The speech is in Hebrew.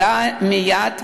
מייד ולתמיד.